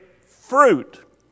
fruit